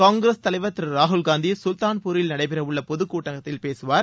காங்கிரஸ் தலைவர் திரு ராகுல் காந்தி சுல்தான்பூரில் நடைபெறவுள்ள பொதுக்கூட்டத்தில் பேசுவார்